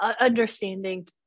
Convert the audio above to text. understanding